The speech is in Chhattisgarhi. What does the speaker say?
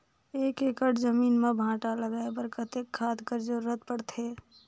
एक एकड़ जमीन म भांटा लगाय बर कतेक खाद कर जरूरत पड़थे?